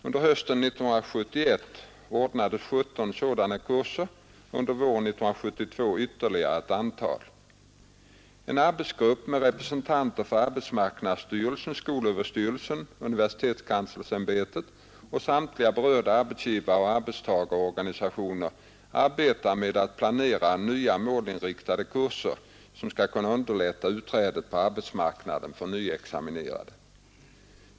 Under hösten 1971 ordnas 14 sådana kurser och under våren 1972 ytterligare ett antal. En arbetsgrupp med representanter för arbetsmarknadsstyrelsen, skolöverstyrelsen, universitetskanslersämbetet och samtliga berörda arbetsgivaroch arbetstagarorganisationer arbetar med att planera nya målinriktade kurser som skall underlätta utträdet på arbetsmarknaden för nyexaminerade.